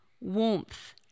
warmth